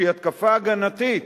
שהיא התקפה הגנתית.